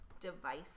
device